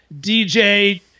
DJ